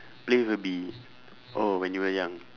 play with a bee oh when you were young